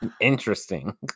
interesting